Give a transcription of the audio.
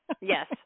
Yes